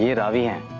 yeah raavi and